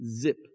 Zip